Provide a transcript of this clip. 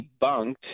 debunked